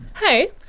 hey